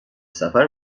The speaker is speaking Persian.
سفر